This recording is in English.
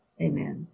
amen